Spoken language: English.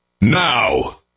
now